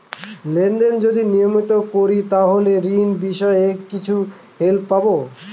Lane দেন যদি নিয়মিত করি তাহলে ঋণ বিষয়ে কিছু হেল্প পাবো?